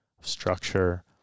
structure